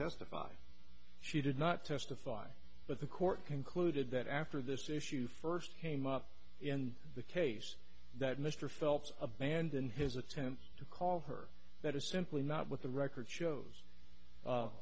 testify she did not testify but the court concluded that after this issue first came up in the case that mr phelps abandon his attempt to call her that is simply not with the record shows